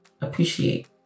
appreciate